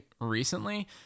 recently